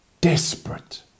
Desperate